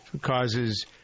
causes